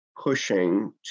pushing